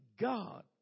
God